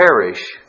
perish